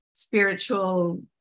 spiritual